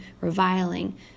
reviling